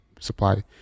supply